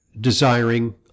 desiring